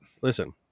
Listen